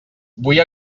vull